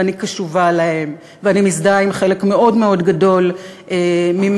ואני קשובה להם ואני מזדהה עם חלק מאוד מאוד גדול ממאווייהם,